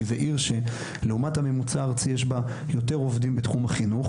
כי זו עיר שלעומת הממוצע הארצי יש בה יותר עובדים בתחום החינוך,